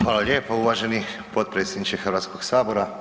Hvala lijepo uvaženi potpredsjedniče Hrvatskog sabora.